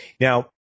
Now